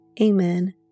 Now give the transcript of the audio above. Amen